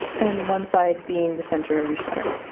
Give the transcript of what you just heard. and one side being the center of your sweater,